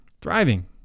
thriving